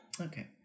Okay